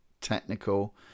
technical